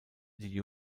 die